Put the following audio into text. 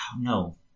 no